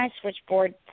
switchboard